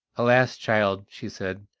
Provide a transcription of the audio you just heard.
alas! child, she said,